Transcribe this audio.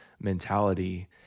mentality